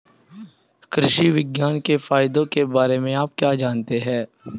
कृषि विज्ञान के फायदों के बारे में आप जानते हैं?